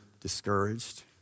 discouraged